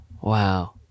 Wow